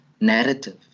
narrative